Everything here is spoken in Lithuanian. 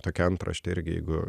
tokia antraštė ir jeigu